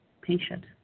patient